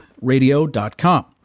Radio.com